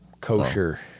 Kosher